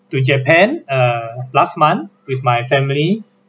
to japan err last month with my family